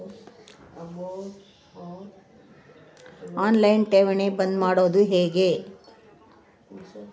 On line ಠೇವಣಿ ಬಂದ್ ಮಾಡೋದು ಹೆಂಗೆ?